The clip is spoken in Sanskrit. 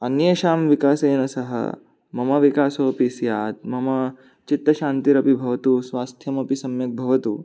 अन्येषां विकासेन सह मम विकासोऽपि स्यात् मम चित्तशान्तिरपि भवतु स्वास्थ्यमपि सम्यक् भवतु